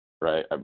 right